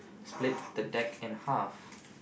spilt the deck in half